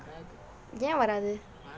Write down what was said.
ஏன் வராது:aen varaathu